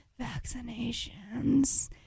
vaccinations